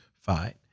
fight